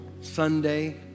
Sunday